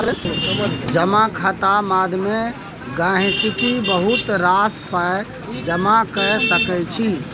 जमा खाता माध्यमे गहिंकी बहुत रास पाइ जमा कए सकै छै